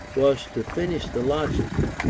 was to finish the logic.